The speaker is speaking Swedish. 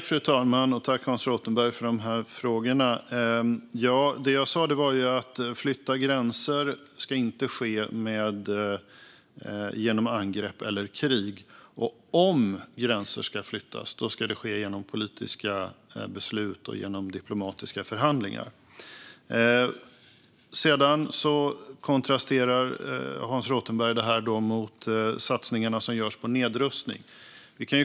Fru talman! Jag tackar Hans Rothenberg för frågorna. Det jag sa var att gränsflyttning inte ska ske genom angrepp eller krig, och om gränser ska flyttas ska det ske genom politiska beslut och diplomatiska förhandlingar. Hans Rothenberg kontrasterar detta mot satsningarna som görs på nedrustning.